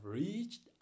reached